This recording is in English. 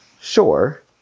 sure